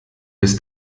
bis